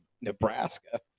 Nebraska